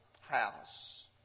house